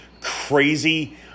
crazy